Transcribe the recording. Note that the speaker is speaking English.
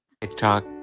TikTok